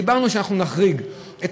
אמרנו שנחריג את